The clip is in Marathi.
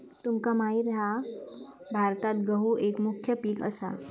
तुमका माहित हा भारतात गहु एक मुख्य पीक असा